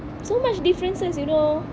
so much differences you know